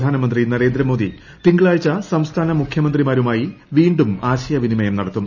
പ്രധാനമന്ത്രി നർപ്ട്ടമോദി തിങ്കളാഴ്ച സംസ്ഥാന മുഖ്യമന്ത്രിമാരുമായി വീണ്ടും ആശയവിനിമയം നടത്തും